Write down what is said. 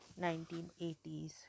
1980s